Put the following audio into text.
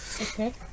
okay